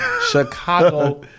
Chicago